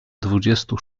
dwudziestu